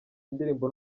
indirimbo